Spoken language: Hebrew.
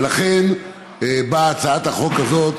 ולכן באה הצעת החוק הזאת,